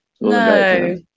No